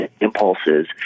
impulses